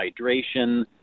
hydration